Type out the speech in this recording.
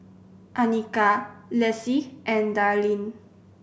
Annika Lessie and Darlyne